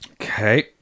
Okay